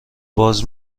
باز